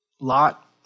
Lot